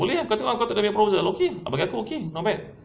boleh ah kau tengok kau tengok proposal okay bagi aku okay not bad